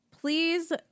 Please